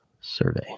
survey